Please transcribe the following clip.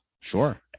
sure